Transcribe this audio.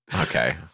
Okay